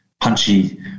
punchy